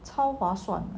超划算